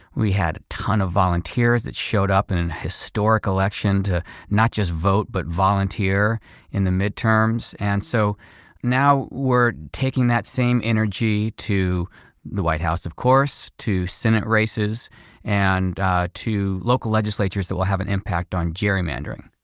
we had a ton of volunteers that showed up in an historic election to not just vote but volunteer in the midterms. and so now we're taking that same energy to the white house, of course, to senate races and to local legislatures that will have an impact on gerrymandering.